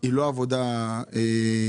היא לא עבודה מדויקת,